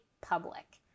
public